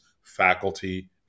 faculty